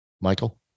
Michael